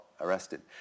arrested